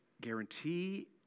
guarantee